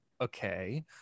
okay